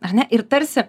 ar ne ir tarsi